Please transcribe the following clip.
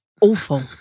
Awful